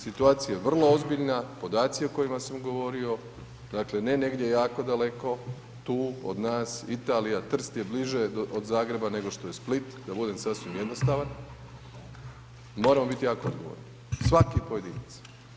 Situacija je vrlo ozbiljna, podaci o kojima sam govorio, dakle ne negdje jako daleko, tu od nas, Italija, Trst je bliže od Zagreba nego što je Split, da budem sasvim jednostavan, moramo biti jako odgovorni, svaki pojedinac.